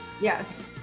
yes